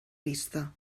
vista